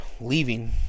Leaving